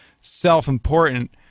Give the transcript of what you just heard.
self-important